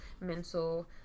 mental